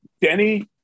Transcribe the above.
Denny